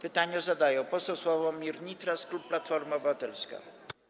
Pytanie zadaje poseł Sławomir Nitras, klub Platforma Obywatelska.